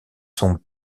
son